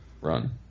run